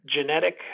Genetic